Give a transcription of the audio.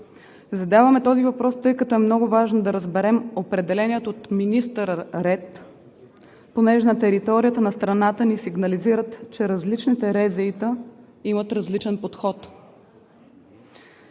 Задаваме този въпрос, тъй като е много важно да разберем определения от министъра ред, понеже на територията на страната ни сигнализират, че различните РЗИ-та имат различен подход.